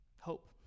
hope